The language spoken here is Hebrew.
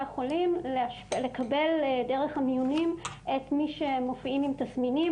החולים לקבל דרך המיונים את מי שמופיעים עם תסמינים,